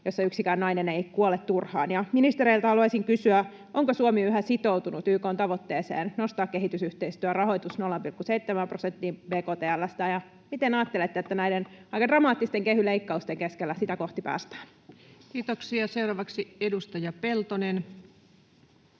jossa yksikään nainen ei kuole turhaan. Ministereiltä haluaisin kysyä, onko Suomi yhä sitoutunut YK:n tavoitteeseen nostaa kehitysyhteistyörahoitus 0,7 prosenttiin bktl:stä. Miten ajattelette, että näiden aika dramaattisten kehy-leikkausten keskellä sitä kohti päästään? [Speech 707] Speaker: Ensimmäinen